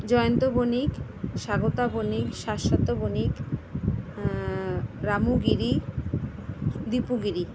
Jayanta Banik Swagata Banik Shashwata Banik Ramu Giri Dipu Giri